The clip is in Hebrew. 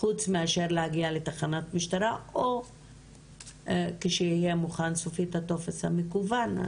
חוץ מאשר להגיע לתחנת משטרה או כשיהיה מוכן סופית הטופס המקוון.